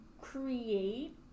create